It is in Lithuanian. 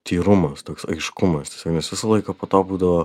tyrumas toks aiškumas nes visą laiką po to būdavo